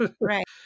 Right